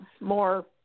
more